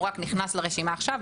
הוא רק נכנס לרשימה עכשיו.